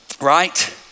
Right